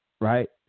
right